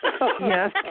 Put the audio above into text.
Yes